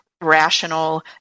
rational